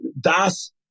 Das